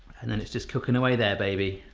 and then it's just cookin' away there, baby.